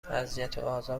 اذیتوآزار